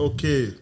Okay